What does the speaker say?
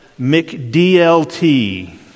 mcdlt